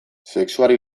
sexuari